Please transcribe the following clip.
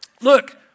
look